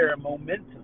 momentum